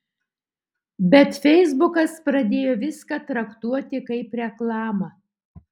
bet feisbukas pradėjo viską traktuoti kaip reklamą